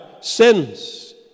sins